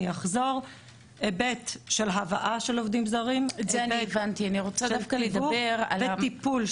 יש היבט של הבאה של עובדים זרים והיבט של תיווך וטיפול,